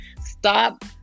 Stop